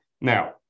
Now